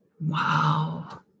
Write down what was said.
Wow